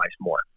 more